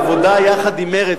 העבודה יחד עם מרצ,